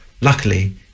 Luckily